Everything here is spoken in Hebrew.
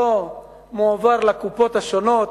לא מועבר לקופות השונות,